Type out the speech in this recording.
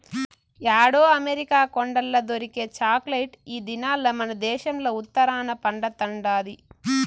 యాడో అమెరికా కొండల్ల దొరికే చాక్లెట్ ఈ దినాల్ల మనదేశంల ఉత్తరాన పండతండాది